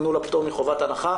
תנו לה פטור מחובת הנחה,